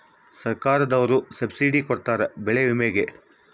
ಸರ್ಕಾರ್ದೊರು ಸಬ್ಸಿಡಿ ಕೊಡ್ತಾರ ಬೆಳೆ ವಿಮೆ ಗೇ